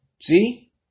See